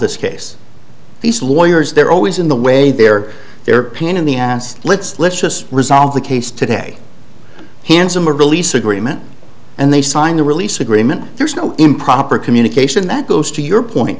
this case these lawyers they're always in the way they're there pain in the ass let's let's just resolve the case today handsome release agreement and they sign the release agreement there's no improper communication that goes to your point